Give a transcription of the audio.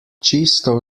čisto